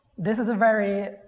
this is very,